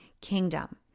kingdom